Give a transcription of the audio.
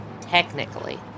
technically